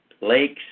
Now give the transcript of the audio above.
lakes